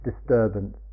disturbance